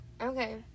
Okay